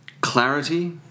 clarity